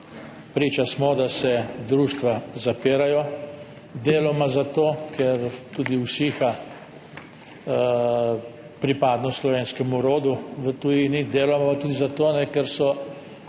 Priča smo, da se društva zapirajo, deloma zato, ker tudi usiha pripadnost slovenskemu rodu v tujini, deloma pa tudi zato, ker je